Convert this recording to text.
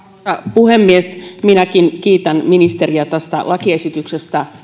puhemies minäkin kiitän ministeriä tästä lakiesityksestä